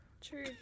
True